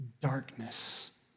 darkness